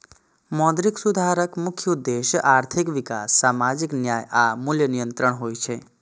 मौद्रिक सुधारक मुख्य उद्देश्य आर्थिक विकास, सामाजिक न्याय आ मूल्य नियंत्रण होइ छै